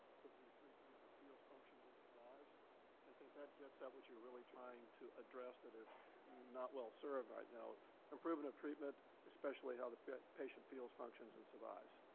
because these three things, feels, functions, and i think that gets at what you're really trying to address that is not well served right now improving of treatment especially how the patient feels, functions, and survives.